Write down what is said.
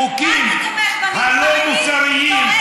בחוקים הלא-מוסריים,